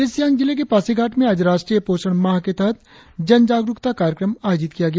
east Siang जिले के पासीघाट में आज राष्ट्रीय पोषण माह के तहत जनजागरुकता कार्यक्रम आयोजित किया गया